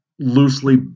loosely